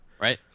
Right